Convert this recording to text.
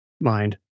mind